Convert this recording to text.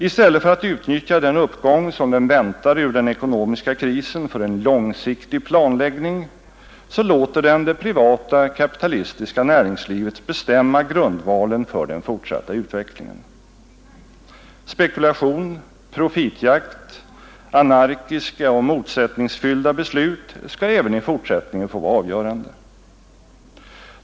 I stället för att utnyttja den uppgång som den väntar ur den ekonomiska krisen för en långsiktig planläggning, så låter den det privata kapitalistiska näringslivet bestämma grundvalen för den fortsatta utvecklingen. Spekulation, profitjakt, anarkiska och motsättningsfyllda beslut skall även i fortsättningen få vara avgörande.